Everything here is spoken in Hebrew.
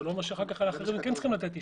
זה לא אומר שאנחנו אחר כך כן צריכים לתת אישור.